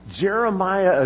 Jeremiah